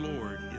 Lord